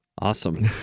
awesome